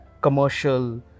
commercial